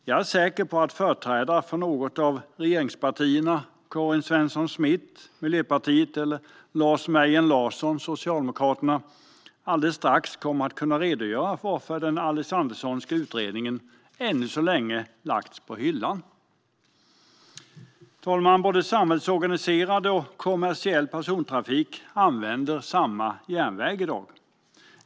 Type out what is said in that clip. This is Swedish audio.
Jag är säker på att företrädare för något av regeringspartierna, Karin Svensson Smith från Miljöpartiet eller Lars Mejern Larsson från Socialdemokraterna, strax kan redogöra för varför Alexanderssons utredning än så länge har lagts på hyllan. Herr talman! Både samhällsorganiserad och kommersiell persontrafik använder samma järnväg i dag.